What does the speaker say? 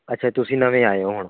ਅੱਛਾ ਤੁਸੀਂ ਨਵੇਂ ਆਏ ਹੋ ਹੁਣ